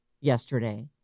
yesterday